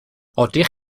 ydych